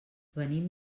venim